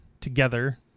together